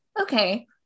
okay